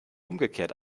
umgekehrt